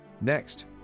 Next